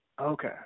Okay